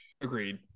Agreed